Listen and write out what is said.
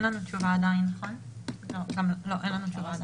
עדיין אין לנו תשובה.